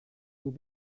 will